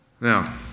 Now